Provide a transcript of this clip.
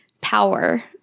power